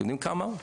אתם יודעים כמה הוא?